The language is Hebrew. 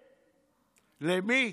למי?